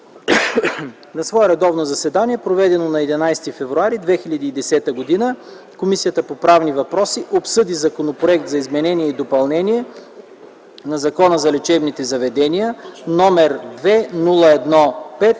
„На свое редовно заседание, проведено на 11 февруари 2010 г., Комисията по правни въпроси обсъди Законопроект за изменение и допълнение на Закона за лечебните заведения, № 002-01-5,